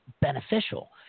beneficial